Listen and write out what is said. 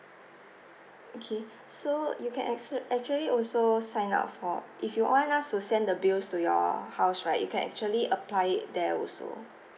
okay so you can act~ actually also sign up for if you want us to send the bills to your house right you can actually apply it there also